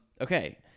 okay